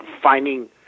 finding